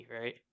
right